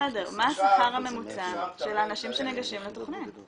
בסדר, מה השכר הממוצע של האנשים שניגשים לתכנית?